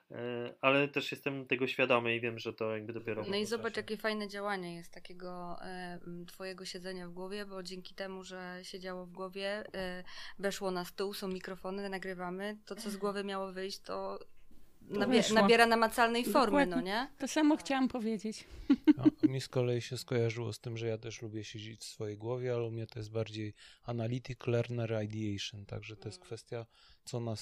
Ale też jestem tego świadomy i wiem, że to jakby dopiero No i wyobrażam. zobacz, jakie fajne działanie jest takiego, e, m, twojego siedzenia w głowie, bo dzięki temu, że siedziało w głowie, e, weszło na stół, są mikrofony, nagrywamy, to, co z głowy miało wyjść, to To nabie- weszło. nabiera namacalnej formy, no Dokładnie. nie? To samo Tak. chciałam powiedzieć. No, to mi z kolei się skojarzyło z tym, że ja też lubię siedzieć w swojej głowie, ale u mnie to jest bardziej analytic learner ideation, także to jest Mm. kwestia, co na-